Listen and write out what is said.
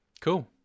Cool